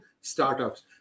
startups